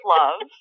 love